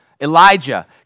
Elijah